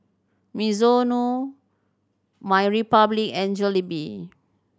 Mizuno MyRepublic and Jollibee